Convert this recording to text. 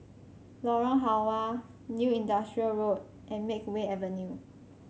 Lorong Halwa New Industrial Road and Makeway Avenue